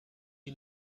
you